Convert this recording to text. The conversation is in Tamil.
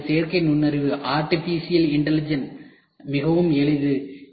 அதாவது இன்று செயற்கை நுண்ணறிவு மிகவும் எளிது